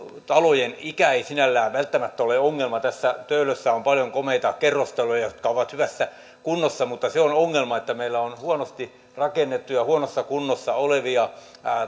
talojen ikä ei sinällään välttämättä ole ongelma tässä töölössä on paljon komeita kerrostaloja jotka ovat hyvässä kunnossa niin se on ongelma että meillä on huonosti rakennettuja ja huonossa kunnossa olevia